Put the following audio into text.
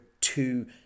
two